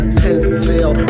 pencil